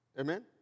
Amen